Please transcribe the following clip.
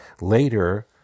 Later